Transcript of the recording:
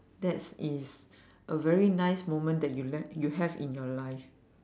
that's is a very nice moment that you le~ you have in your life